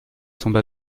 tomba